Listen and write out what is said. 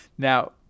Now